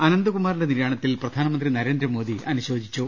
അനന്ത്കുമാറിന്റെ നിര്യാണത്തിൽ പ്രധാനമൃന്ത്രി നരേന്ദ്രമോദി അനു ശോചിച്ചു